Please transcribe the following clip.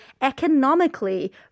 economically